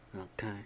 Okay